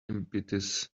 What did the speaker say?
impetus